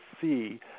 see